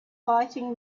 fighting